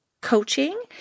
coaching